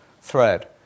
thread